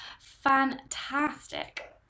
Fantastic